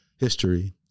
history